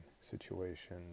situation